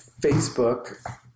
Facebook